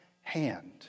hand